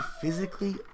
physically